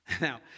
Now